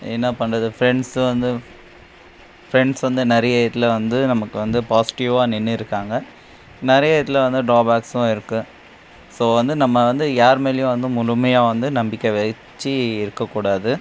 என்ன பண்றது ஃப்ரெண்ட்ஸும் வந்து ஃப்ரெண்ட்ஸ் வந்து நிறைய இடத்துல வந்து நமக்கு வந்து பாசிட்டிவ்வாக நின்றுருக்காங்க நிறைய இடத்துல வந்து ட்ராபேக்ஸும் இருக்குது ஸோ வந்து நம்ம வந்து யார் மேலேயும் வந்து முழுமையாக வந்து நம்பிக்கை வெச்சு இருக்கக்கூடாது